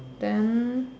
then